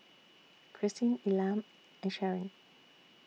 Kristyn Elam and Sharon